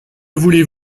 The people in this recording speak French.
voulez